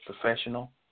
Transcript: professional